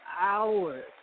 hours